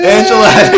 Angela